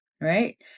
Right